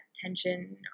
tension